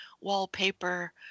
wallpaper